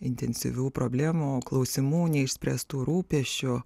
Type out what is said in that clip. intensyvių problemų klausimų neišspręstų rūpesčių